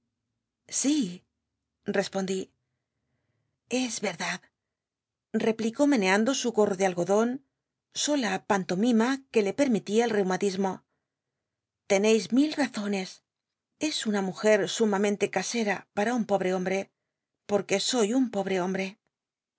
si tespondi es e dad replicó meneando su gorro de algodon sola pantomima cjllc le permitía el reumatismo te neis mil razones es una mujer sumaa pam un pobre hombre porque soy un pobre hombre